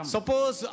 Suppose